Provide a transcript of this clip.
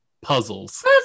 puzzles